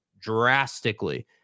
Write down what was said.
drastically